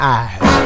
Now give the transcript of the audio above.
eyes